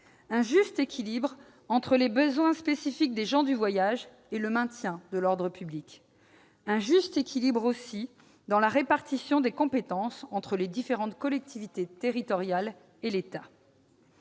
un juste équilibre entre les besoins spécifiques des gens du voyage et le maintien de l'ordre public ; un juste équilibre, aussi, dans la répartition des compétences entre les différentes collectivités territoriales et l'État.